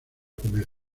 comer